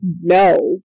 no